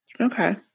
Okay